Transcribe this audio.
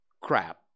crap